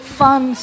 fun